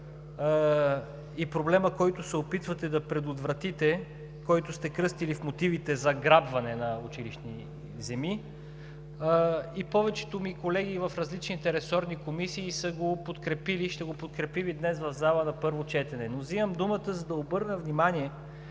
и проблема, който се опитвате да предотвратите, който сте кръстили в мотивите „заграбване на училищни земи“. Повечето ми колеги в различните ресорни комисии са го подкрепили, ще го подкрепим и днес в залата на първо четене, но вземам думата, за да обърна внимание,